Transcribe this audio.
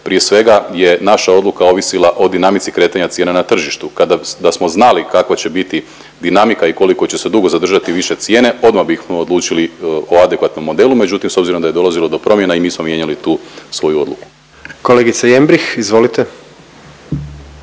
prije svega je naša odluka ovisila o dinamici kretanja cijena na tržištu. Da smo znali kakva će biti dinamika i koliko će se dugo zadržati više cijene odmah bismo odlučili o adekvatnom modelu, međutim s obzirom da je dolazilo do promjena i mi smo mijenjali tu svoju odluku. **Jandroković,